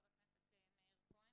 חבר הכנסת מאיר כהן,